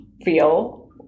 feel